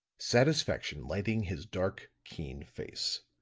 satisfaction lighting his dark, keen face.